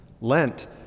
Lent